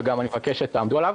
וגם אני מבקש שתעמדו עליו.